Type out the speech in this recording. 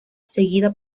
seguida